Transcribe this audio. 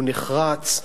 הוא נחרץ,